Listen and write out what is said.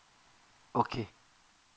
okay